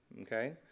Okay